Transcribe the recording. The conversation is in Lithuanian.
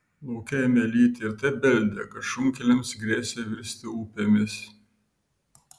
lauke ėmė lyti ir taip beldė kad šunkeliams grėsė virsti upėmis